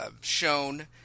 shown